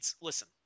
Listen